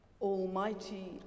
almighty